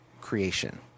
creation